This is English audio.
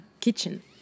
kitchen